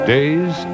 Days